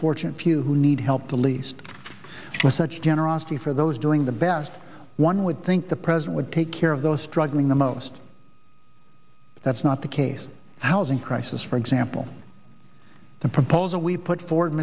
fortunate few who need help the least with such generosity for those doing the best one would think the president would take care of those struggling the most that's not the case housing crisis for example the proposal we put forward